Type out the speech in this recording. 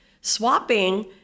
Swapping